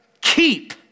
keep